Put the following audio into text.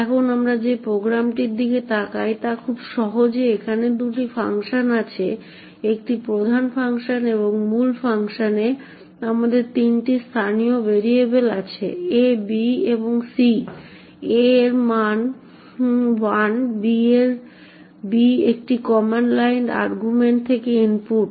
এখন আমরা যে প্রোগ্রামটির দিকে তাকাই তা খুবই সহজ সেখানে দুটি ফাংশন আছে একটি প্রধান ফাংশন এবং মূল ফাংশনে আমাদের তিনটি স্থানীয় ভেরিয়েবল আছে a b এবং c a এর মান 1 b এটি কমান্ড লাইন আর্গুমেন্ট থেকে ইনপুট